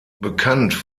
bekannt